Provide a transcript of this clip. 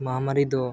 ᱢᱟᱦᱟᱢᱟᱨᱤ ᱫᱚ